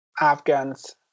Afghans